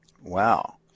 Wow